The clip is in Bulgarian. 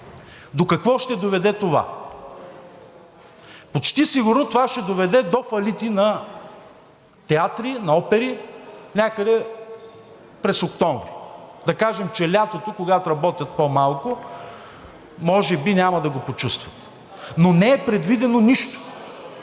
До какво ще доведе това? Почти сигурно това ще доведе до фалити на театри, на опери някъде през октомври. Да кажем, че лятото, когато работят по-малко, може би няма да го почувстват. Но не е предвидено нищо.